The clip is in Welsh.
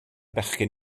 bechgyn